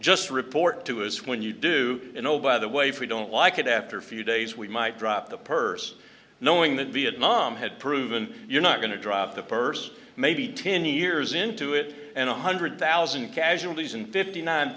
just report to us when you do in oh by the way for we don't like it after a few days we might drop the purse knowing that vietnam had proven you're not going to drop the purse maybe ten years into it and one hundred thousand casualties and fifty nine